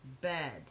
bed